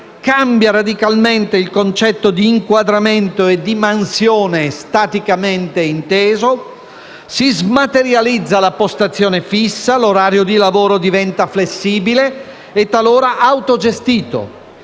cambia radicalmente il concetto di inquadramento e di mansione staticamente inteso, si smaterializza la postazione fissa, l'orario di lavoro diventa flessibile e talora autogestito;